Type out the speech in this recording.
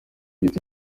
giti